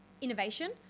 innovation